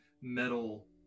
metal